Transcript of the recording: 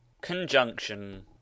conjunction